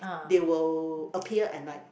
they will appear at night